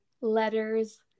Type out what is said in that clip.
letters